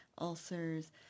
ulcers